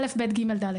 א, ב, ג, ד.